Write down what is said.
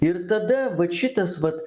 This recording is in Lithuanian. ir tada vat šitas vat